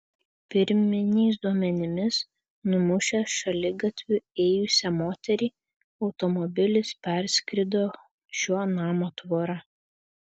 pirminiais duomenimis numušęs šaligatviu ėjusią moterį automobilis perskrido šio namo tvorą